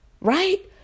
Right